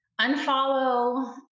unfollow